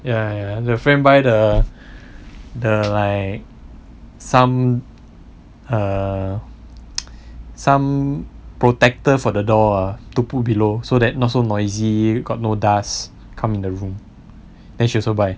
ya ya the friend buy the the like some err some protector for the door ah to put below so that not so noisy you got no dust come in the room then she also buy